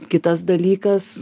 kitas dalykas